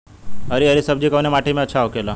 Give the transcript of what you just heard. हरी हरी सब्जी कवने माटी में अच्छा होखेला?